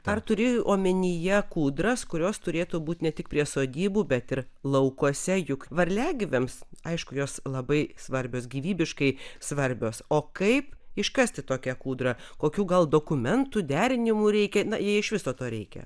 ar turi omenyje kūdras kurios turėtų būti ne tik prie sodybų bet ir laukuose juk varliagyviams aišku jos labai svarbios gyvybiškai svarbios o kaip iškasti tokią kūdrą kokių gal dokumentų derinimų reikia jei iš viso to reikia